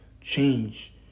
change